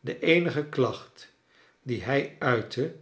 de eenige klacht die hij uitte